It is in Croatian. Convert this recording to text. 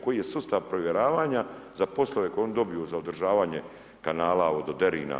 Koji je sustav provjeravanja za poslove koje oni dobiju za održavanje kanala od vododerina?